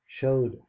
showed